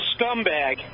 scumbag